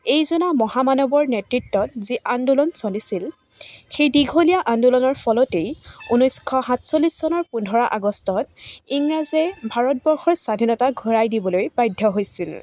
এইজনা মহামানৱৰ নেতৃত্বত যি আন্দোলন চলিছিল সেই দীঘলীয়া আন্ধোলনৰ ফলতেই ঊনৈছশ সাতচল্লিছ চনৰ পোন্ধৰ আগষ্টত ইংৰাজে ভাৰতবৰ্ষৰ স্বাধীনতা ঘূৰাই দিবলে বাধ্য হৈছিল